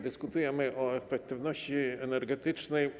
Dyskutujemy o efektywności energetycznej.